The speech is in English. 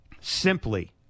simply